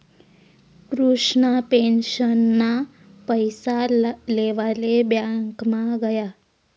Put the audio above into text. कृष्णा पेंशनना पैसा लेवाले ब्यांकमा गया